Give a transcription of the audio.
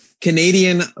Canadian